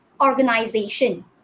organization